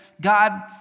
God